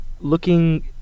Looking